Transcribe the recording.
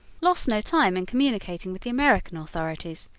lost no time in communicating with the american authorities.